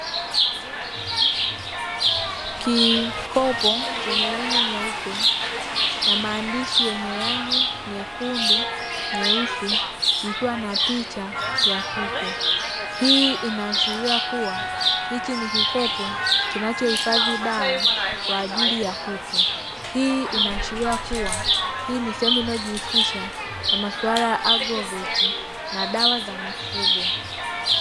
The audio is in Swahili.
Kikopo chenye rangi nyeupe na maandishi yenye rangi nyeusi, kikiwa na picha ya kuku. Hii inaashiria kuwa hichi ni kikopo kinachohifadhi dawa kwa ajili ya kuku. Hii inaashiria kuwa hii ni sehemu inayojihusisha na masuala ya agroveti na dawa za mifugo.